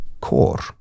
core